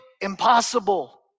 impossible